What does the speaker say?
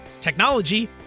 technology